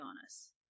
honest